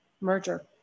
merger